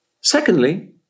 Secondly